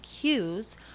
cues